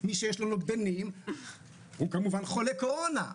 מי שיש לו נוגדנים הוא כמובן חולה קורונה,